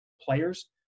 players